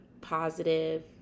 positive